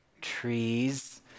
trees